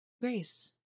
grace